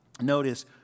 Notice